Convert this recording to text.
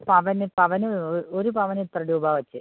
പവന് പവന് ഒരു പവന് ഇത്ര രൂപ വച്ച്